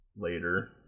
Later